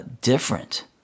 different